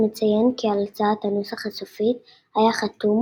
מציין כי על הצעת הנוסח הסופית היה חתום